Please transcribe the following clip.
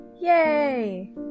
yay